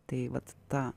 tai vat ta